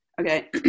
Okay